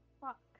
Fuck